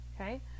Okay